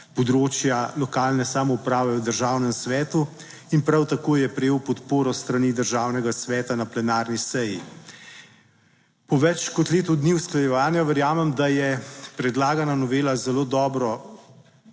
področja lokalne samouprave v Državnem svetu in prav tako je prejel podporo s strani Državnega sveta na plenarni seji. Po več kot letu dni usklajevanja verjamem, da je predlagana novela zelo dobro